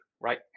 right